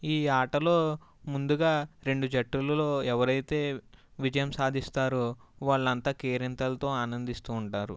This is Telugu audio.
ఈ ఆటలో ముందుగా రెండు జట్టులలో ఎవరైతే విజయం సాధిస్తారో వాళ్ళంతా కేరింతలతో ఆనందిస్తూ ఉంటారు